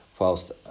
whilst